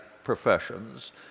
professions